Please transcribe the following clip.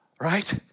Right